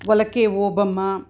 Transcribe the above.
वलके Obama